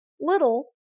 little